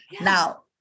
now